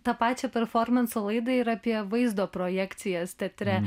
tą pačią performanso laidą ir apie vaizdo projekcijas teatre